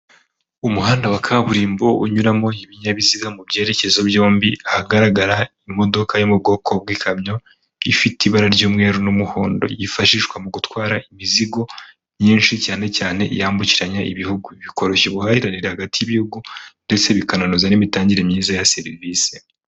Umuhanda wa kaburimbo unyuramo ibinyabiziga mu byerekezo byombi ahagaragara imodoka yo mu bwoko bw'ikamyo ifite ibara ry'umweru n'umuhondo ryifashishwa mu gutwara imizigo myinshi cyane cyane iyambukiranya ibihugu bikoroshya ubuhahirane hagati y'ibihugu ndetse bikananoza n'imitangire myiza ya serivisi